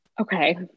okay